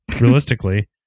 realistically